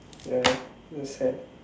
ya that's sad